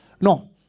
No